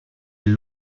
est